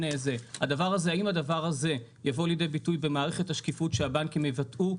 האם הדבר הזה יבוא לידי ביטוי במערכת השקיפות שהבנקים יבטאו,